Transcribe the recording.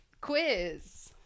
quiz